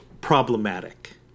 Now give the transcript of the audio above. problematic